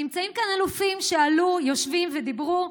נמצאים כאן אלופים שעלו, יושבים, ודיברו.